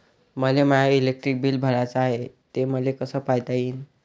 मले my electric bill भराचं हाय, ते मले कस पायता येईन?